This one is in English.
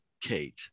Kate